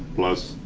plus.